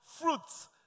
fruits